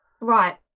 Right